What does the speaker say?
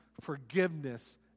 forgiveness